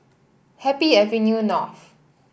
Happy Avenue North